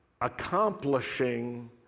accomplishing